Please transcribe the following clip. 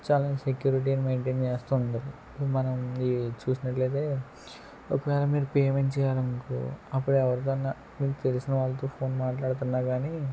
చాలా సెక్యూరిటీని మెయింటెన్ చేస్తూ ఉంటారు మనం ఇవి చూసినట్లయితే ఒకవేళ మీరు పేమెంట్ చేయాలనుకో అప్పుడు ఎవరికన్న మీకు తెలిసిన వాళ్ళతో ఫోన్ మాట్లాడుతున్నా గానీ